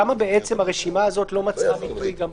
למה בעצם הרשימה הזאת לא מצאה ביטוי גם פה?